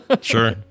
sure